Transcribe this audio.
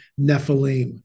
Nephilim